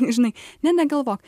žinai ne negalvok